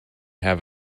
have